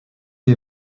les